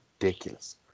ridiculous